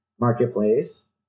marketplace